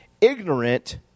ignorant